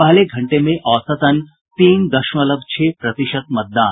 पहले घंटे में औसतन तीन दशमलव छह प्रतिशत मतदान